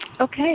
Okay